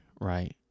right